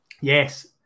Yes